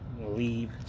leave